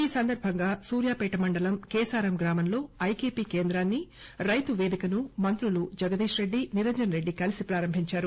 ఈ సందర్బంగా సూర్యాపేట మండలం కేసారం గ్రామంలో ఐకెపి కేంద్రాన్ని రైతుపేదికను మంత్రులు జగదీష్ రెడ్డినిరంజన్ రెడ్డి కలీసి ప్రారంభించారు